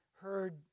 heard